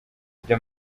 ibyo